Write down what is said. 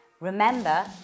Remember